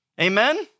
Amen